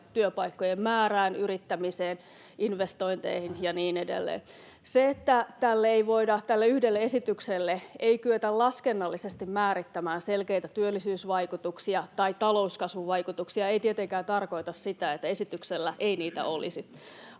työpaikkojen määrään, yrittämiseen, investointeihin ja niin edelleen. Se, että tälle yhdelle esitykselle ei kyetä laskennallisesti määrittämään selkeitä työllisyysvaikutuksia tai talouskasvuvaikutuksia, ei tietenkään tarkoita sitä, että esityksellä ei niitä olisi.